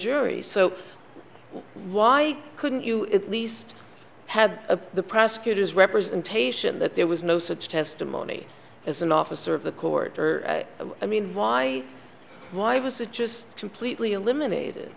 jury so why couldn't you least have the prosecutor's representation that there was no such testimony as an officer of the cord or i mean why why was it just completely eliminated